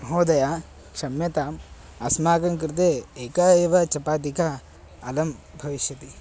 महोदय क्षम्यताम् अस्माकं कृते एका एव चपातिका अलं भविष्यति